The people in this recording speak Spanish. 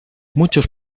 muchos